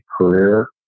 career